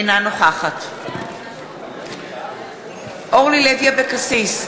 אינה נוכחת אורלי לוי אבקסיס,